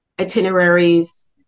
itineraries